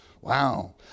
Wow